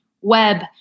web